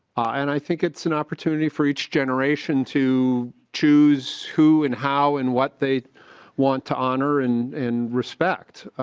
i and i think it's an opportunity for each generation to choose who and how and what they want to honor and and respect.